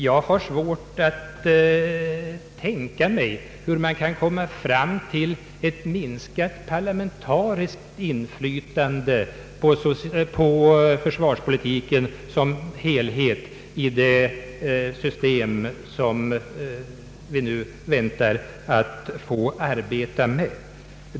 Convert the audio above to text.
Jag har svårt att tänka mig hur man kan komma fram till ett minskat parlamentariskt inflytande på försvarspolitiken som helhet med det system som vi nu väntar att få tillämpa.